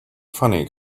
funny